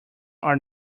are